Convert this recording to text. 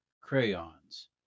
crayons